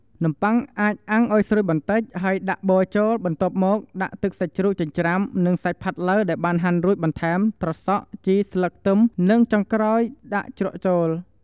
នំប័ុងអាចអាំងឲ្យស្រួយបន្តិច ហើយដាក់ប័រចូល បន្ទាប់មក ដាក់ទឹកសាច់ជ្រូកចិញ្ច្រាំ និងសាច់ផាត់ឡូវដែលបានហាន់រួច បន្ថែមត្រសក់ ជីស្លឹកខ្ទឹម និងចុងក្រោយ ដាក់ជ្រក់ចូល។